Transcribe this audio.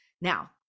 Now